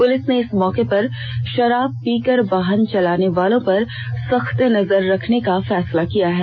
police ने इस मौके पर शराब पीकर वाहन चलाने वालों पर सख्तस नजर रखने का फैसला किया है